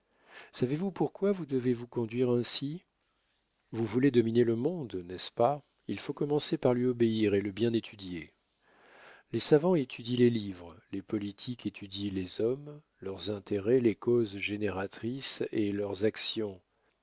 savez-vous pourquoi vous devez vous conduire ainsi vous voulez dominer le monde n'est-ce pas il faut commencer par lui obéir et le bien étudier les savants étudient les livres les politiques étudient les hommes leurs intérêts les causes génératrices de leurs actions